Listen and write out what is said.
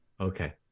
Okay